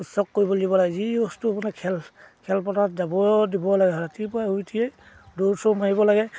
উচ্চক কৰিবলৈ দিব লাগে যি বস্তু মানে খেল খেলপথাৰত যাবও দিব লাগে ৰাতিপুৱাই শুই উঠিয়েই দৌৰ চৌৰ মাৰিব লাগে